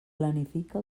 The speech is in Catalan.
planifica